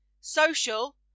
Social